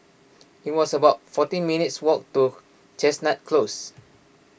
it was about fourteen minutes' walk to Chestnut Close